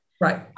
Right